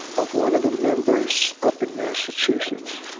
of one of the members up in massachusetts.